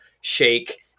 shake